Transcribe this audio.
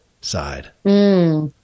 side